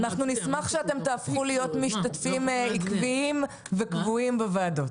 אנחנו נשמח שאתם תהפכו להיות משתתפים עקביים וקבועים בוועדות.